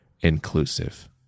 inclusive